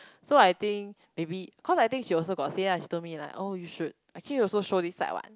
so I think maybe cause I think she also got say lah she told me like oh you should actually show this slide one